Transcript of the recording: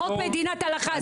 חוק מדינת הלכה,